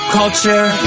culture